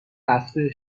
رفته